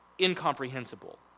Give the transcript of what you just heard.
incomprehensible